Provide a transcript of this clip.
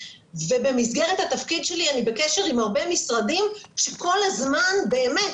ובמסגרת התפקיד שלי אני בקשר עם הרבה משרדים שכל הזמן באמת